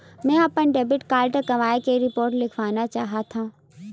मेंहा अपन debit card गवाए के रिपोर्ट लिखना चाहत हव